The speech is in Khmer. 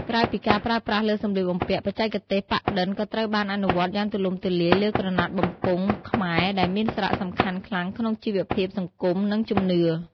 ក្រៅពីការប្រើប្រាស់លើសម្លៀកបំពាក់ បច្ចេកទេសប៉ាក់-ឌិន ក៏ត្រូវបានអនុវត្តយ៉ាងទូលំទូលាយលើ ក្រណាត់បំពង់ខ្មែរ ដែលមានសារៈសំខាន់ខ្លាំងក្នុងជីវភាពសង្គម និងជំនឿ។